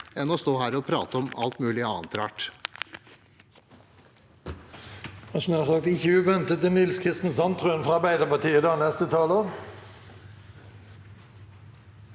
heller står her og prater om alt mulig annet rart.